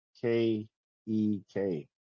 K-E-K